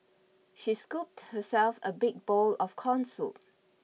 she scooped herself a big bowl of corn soup